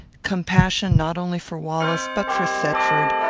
compassion not only for wallace, but for thetford,